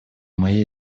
моей